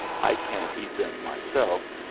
i can't eat them myself,